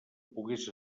pogués